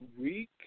week